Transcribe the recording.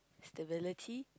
stability